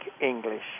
English